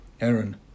Aaron